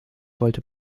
wollte